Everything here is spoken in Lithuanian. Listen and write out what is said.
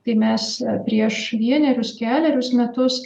tai mes prieš vienerius kelerius metus